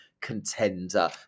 contender